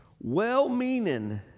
Well-meaning